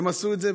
הם עשו את זה,